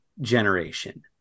generation